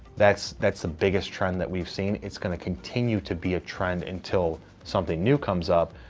that's that's the biggest trend that we've seen. it's going to continue to be a trend until something new comes up,